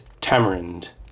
tamarind